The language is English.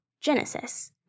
Genesis